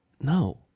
No